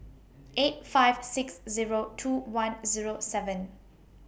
eight five six Zero two one Zero seven